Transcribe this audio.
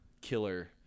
killer